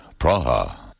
Praha